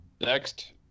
Next